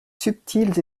subtiles